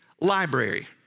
library